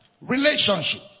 Relationship